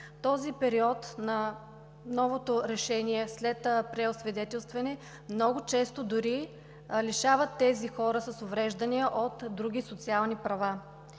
Периодът на новото решение след преосвидетелстване много често дори лишава хората с увреждания от други социални права.